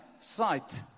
sight